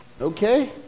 Okay